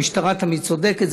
המשטרה תמיד צודקת,